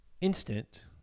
instant